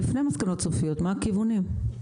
לפני המסקנות הסופיות, מה הכיוונים?